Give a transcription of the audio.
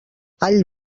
all